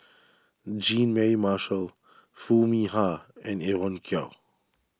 Jean May Marshall Foo Mee Har and Evon Kow